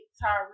Tyree